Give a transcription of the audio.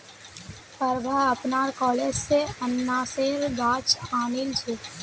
प्रभा अपनार कॉलेज स अनन्नासेर गाछ आनिल छ